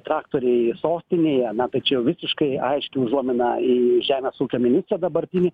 traktoriai sostinėje na tai čia jau visiškai aiški užuomina į žemės ūkio ministrą dabartinį